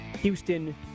Houston